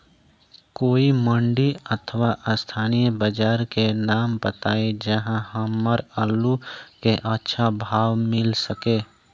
कोई मंडी अथवा स्थानीय बाजार के नाम बताई जहां हमर आलू के अच्छा भाव मिल सके?